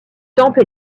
temple